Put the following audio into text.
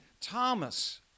Thomas